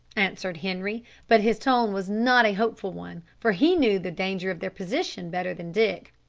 answered henri but his tone was not a hopeful one, for he knew the danger of their position better than dick.